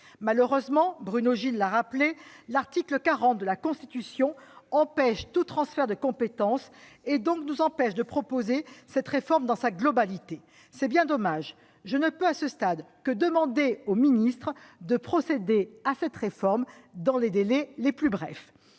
Malheureusement, Bruno Gilles l'a rappelé, l'article 40 de la Constitution empêche tout transfert de compétences et nous empêche donc de proposer cette réforme dans sa globalité. C'est bien dommage. Je ne peux à ce stade que demander au ministre d'engager cette réforme dans les délais les plus brefs.